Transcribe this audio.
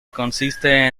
consiste